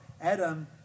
Adam